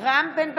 רם בן ברק,